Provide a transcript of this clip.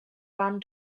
waren